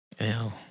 Ew